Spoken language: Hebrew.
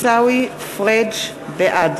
בעד